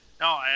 No